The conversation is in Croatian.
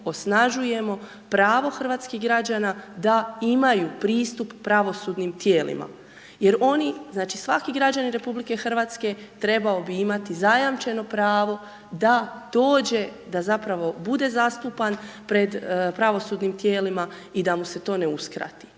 osnažujemo pravo hrvatskih građana da imaju pristup pravosudnim tijelima jer oni, znači, svaki građanin RH trebao bi imati zajamčeno pravo da dođe, da zapravo bude zastupan pred pravosudnim tijelima i da mu se to ne uskrati